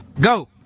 Go